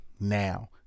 now